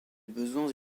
besoins